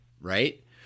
Right